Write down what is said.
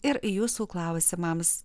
ir jūsų klausimams